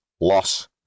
loss